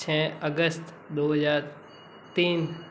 छः अगस्त दो हजार तीन